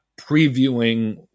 previewing